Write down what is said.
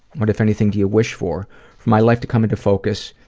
what, if anything, do you wish for? for my life to come into focus,